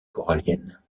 coralliennes